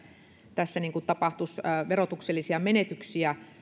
tässä tapahtuisi verotuksellisia menetyksiä